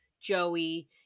Joey